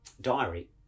diary